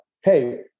hey